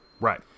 Right